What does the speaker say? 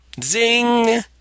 Zing